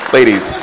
Ladies